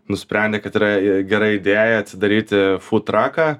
nusprendė kad yra gera idėja atsidaryti futraką